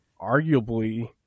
Arguably